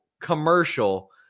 commercial